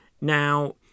Now